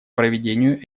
проведению